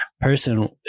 person